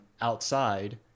outside